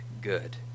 good